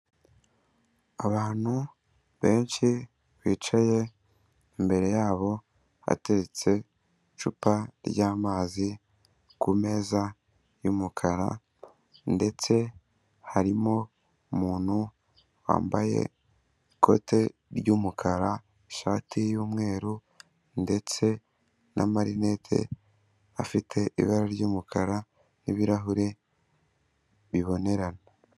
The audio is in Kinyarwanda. Abantu benshi bicaye imbere yabo hateretse icupa ry'amazi ku meza y'umukara, ndetse harimo umuntu wambaye ikote ry'umukara ishati y'umweru ndetse n'amarinete afite ibara ry'umukara n'ibirahuri bibonerana.